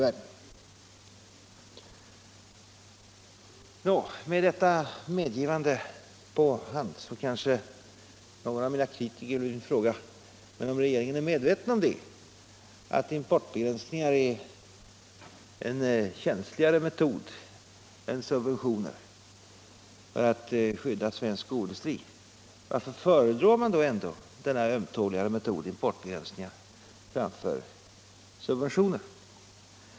Efter detta medgivande kanske någon av mina kritiker vill fråga: Om regeringen är medveten om att importbegränsningar är en känsligare metod än subventioner för att skydda svensk skoindustri, varför föredrar man då den ömtåligare metoden med importbegränsningar framför subventioner?